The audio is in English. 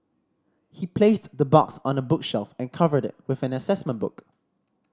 he placed the box on a bookshelf and covered it with an assessment book